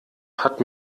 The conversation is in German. hat